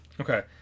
Okay